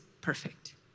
perfect